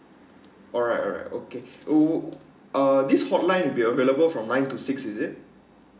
alright alright okay o~ uh this hotline will be available from nine to six is it